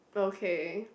okay